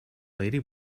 lady